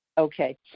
Okay